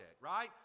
right